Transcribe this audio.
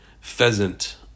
pheasant